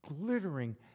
glittering